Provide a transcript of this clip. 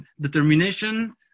determination